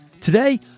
Today